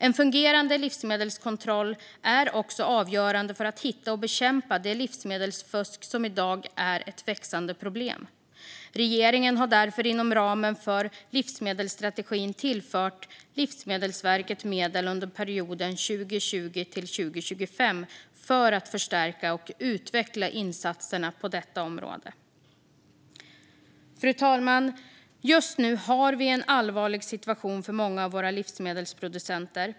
En fungerande livsmedelskontroll är också avgörande för att hitta och bekämpa det livsmedelsfusk som i dag är ett växande problem. Regeringen har därför inom ramen för livsmedelsstrategin tillfört Livsmedelsverket medel för perioden 2020-2025 för att förstärka och utveckla insatserna på detta område. Fru talman! Just nu råder en allvarlig situation för många av våra livsmedelsproducenter.